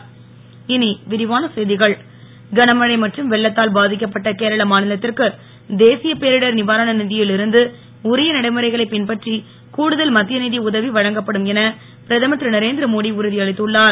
மோடி கேரளா கனமழை மற்றும் வெள்ளத்தால் பாதிக்கப்பட்ட கேரள மாநிலத்திற்கு தேசிய பேரிடர் நிவாரண நிதியில் இருத்து உரிய நடைமுறைகளைப் பின்பற்றி கூடுதல் மத்திய நிதி உதவி வழங்கப்படும் என பிரதமர் திரு நரேந்திரமோடி உறுதி அளித்துள்ளார்